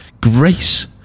Grace